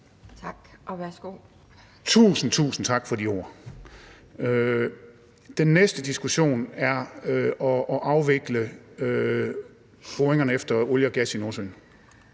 Gejl (ALT): Tusind, tusind tak for de ord. Den næste diskussion vedrører at afvikle boringerne efter olie og gas i Nordsøen